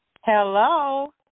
Hello